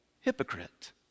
hypocrite